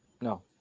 no